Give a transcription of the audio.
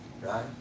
Right